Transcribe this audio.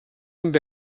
amb